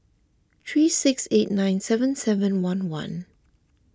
three six eight nine seven seven one one